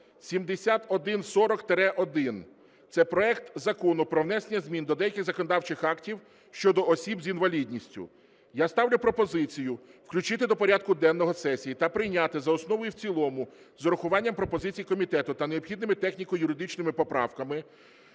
7140-1. Це проект Закону про внесення змін до деяких законодавчих актів щодо осіб з інвалідністю. Я ставлю пропозицію включити до порядку денного сесії та прийняти за основу і в цілому з урахуванням пропозицій комітету та необхідними техніко-юридичними поправками